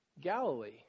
Galilee